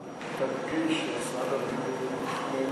תדגיש שמשרד השיכון נוהג בציבור החרדי,